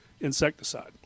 Insecticide